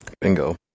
Bingo